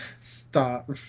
Stop